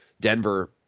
Denver